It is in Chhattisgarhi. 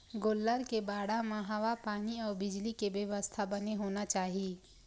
गोल्लर के बाड़ा म हवा पानी अउ बिजली के बेवस्था बने होना चाही